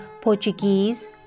Portuguese